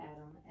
Adam